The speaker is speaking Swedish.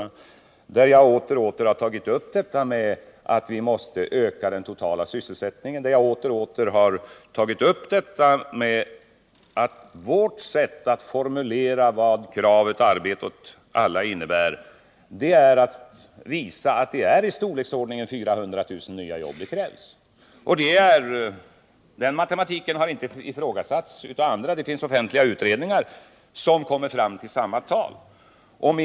Där har jag åter och åter tagit upp att vi måste öka den totala sysselsättningen och att vårt sätt att formulera vad kravet arbete åt alla innebär är att visa att det är i storleksordningen 400 000 nya jobb som krävs. Den matematiken har inte ifrågasatts av andra. Det finns också offentliga utredningar som har kommit fram till samma tal.